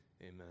Amen